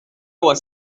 was